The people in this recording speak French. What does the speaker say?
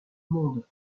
monde